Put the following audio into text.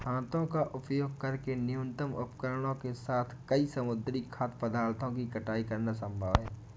हाथों का उपयोग करके न्यूनतम उपकरणों के साथ कई समुद्री खाद्य पदार्थों की कटाई करना संभव है